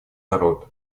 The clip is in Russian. народ